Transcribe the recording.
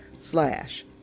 Slash